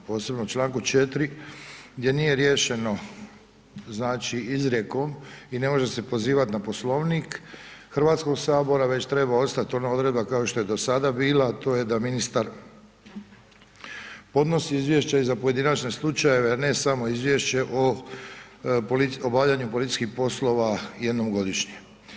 Posebno u čl. 4. gdje nije riješeno znači izrijekom i ne može se pozivati na poslovnik Hrvatskog sabora, već treba ostati ona odredba, kao što je do sada bila, a to je da ministar podnosi izvješće i za pojedinačne slučajeve, a ne samo izvješće o obavljanju policijskih poslova jednom godišnje.